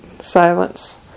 silence